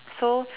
so